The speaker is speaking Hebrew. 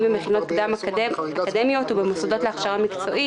במכינות קדם-אקדמיות ובמוסדות להכשרה מקצועית.